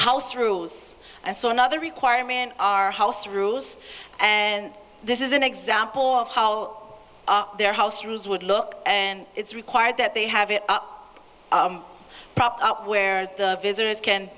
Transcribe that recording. house rules and so another requirement our house rules and this is an example of how their house rules would look and it's required that they have it propped up where the visitors can